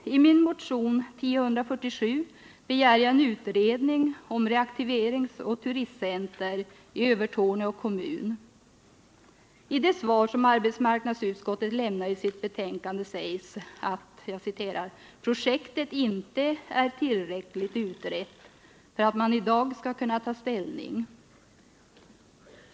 I min motion 1047 begär jag en utredning om reaktiveringsoch turistcenter i Övertorneå kommun. I det svar som arbetsmarknadsutskottet lämnar i sitt betänkande sägs, att projektet inte är ”tillräckligt utrett för att man i dag skall kunna ta ställning”.